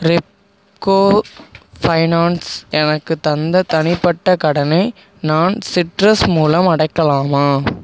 Repco finance எனக்குத் தந்த தனிப்பட்ட கடனை நான் சிட்ரஸ் மூலம் அடைக்கலாமா